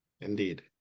indeed